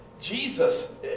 Jesus